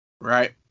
right